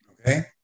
Okay